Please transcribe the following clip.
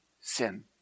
sin